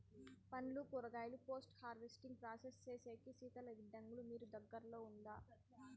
పండ్లు కూరగాయలు post harvesting process సేసేకి శీతల గిడ్డంగులు మీకు దగ్గర్లో ఉందా?